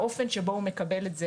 האופן שבו הוא מקבל את זה